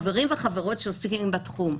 חברים וחברות שעוסקים בתחום.